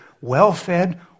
well-fed